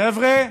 חבר'ה,